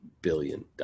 billion